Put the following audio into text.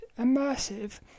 immersive